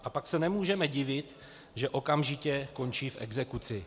A pak se nemůžeme divit, že okamžitě končí v exekuci.